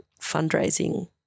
fundraising